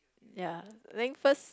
ya I think first